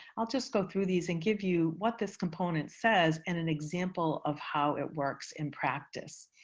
i'll just go through these and give you what this component says and an example of how it works in practice.